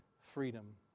freedom